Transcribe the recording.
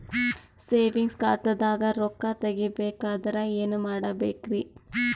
Savings ಖಾತಾದಾಗ ರೊಕ್ಕ ತೇಗಿ ಬೇಕಾದರ ಏನ ಮಾಡಬೇಕರಿ?